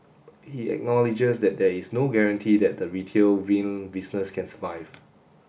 he acknowledges that there is no guarantee that the retail vinyl business can survive